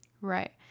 Right